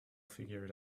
figured